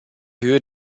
höhe